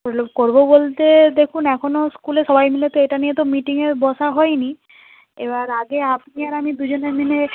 করব বলতে দেখুন এখনও স্কুলে সবাই মিলে তো এটা নিয়ে তো মিটিংয়ে বসা হয়নি এবার আগে আপনি আর আমি দুজনে মিলে